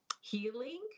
healing